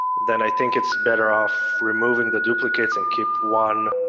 then i think it's better off removing the duplicates and keep one